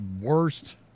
worst